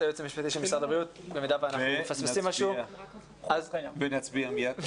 הייעוץ המשפטי במידה ואנחנו מפספסים משהו -- בוא ונצביע מייד.